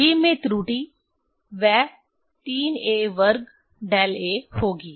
v में त्रुटि वह 3a वर्ग डेल a होगी